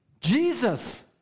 Jesus